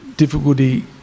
Difficulty